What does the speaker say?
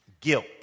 Guilt